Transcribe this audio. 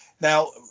now